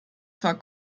zwar